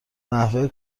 نحوه